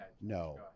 No